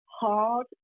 hard